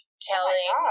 Telling